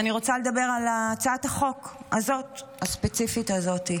אני רוצה לדבר על הצעת החוק הספציפית הזאת.